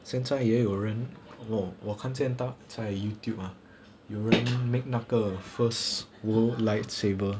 现在也有人我我看见他在 youtube ah 有人 make 那个 world's first lightsaber